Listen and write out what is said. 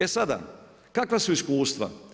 E sada, kakva su iskustva?